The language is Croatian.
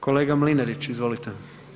Kolega Mlinarić, izvolite.